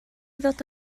ddod